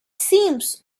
seems